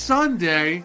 Sunday